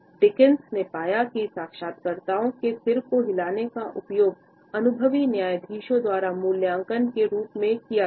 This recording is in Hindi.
डिक्सन ने पाया कि साक्षात्कारकर्ता के सिर को हिलाने का उपयोग अनुभवी न्यायाधीशों द्वारा मूल्यांकन के रूप में किया गया